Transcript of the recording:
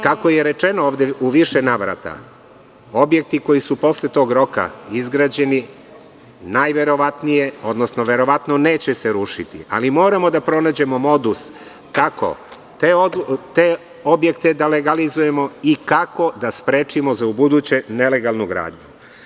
Kako je rečeno ovde u više navrata, objekti koji su posle tog roka izgrađeni najverovatnije, odnosno verovatno se neće rušiti, ali moramo da pronađemo modus kako te objekte da legalizujemo i kako da sprečimo ubuduće nelegalnu gradnju.